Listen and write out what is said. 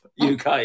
UK